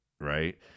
right